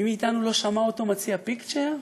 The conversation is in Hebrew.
מי מאיתנו לא שמע אותו מציע: picture,